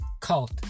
cult